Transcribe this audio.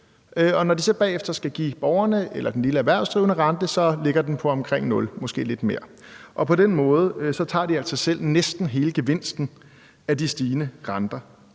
når de så bagefter skal give borgerne eller den lille erhvervsdrivende rente, ligger den på omkring nul procent, måske lidt mere, og på den måde tager de altså selv næsten hele gevinsten af de stigende renter.